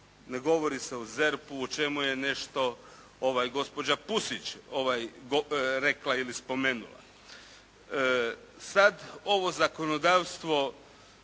Ne govori se o ZERP-u o čemu je nešto gospođa Pusić rekla ili spomenula. Sad ovo zakonodavstvo